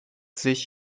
sich